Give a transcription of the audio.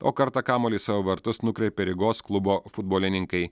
o kartą kamuolį savo vartus nukreipė rygos klubo futbolininkai